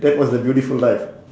that was the beautiful life